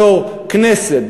בתור כנסת,